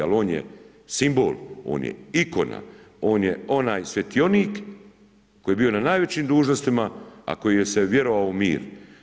Ali on je simbol, on je ikona, on je onaj svjetionik koji je bio na najvećim dužnostima, a koji je vjerovao u mir.